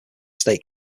state